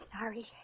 sorry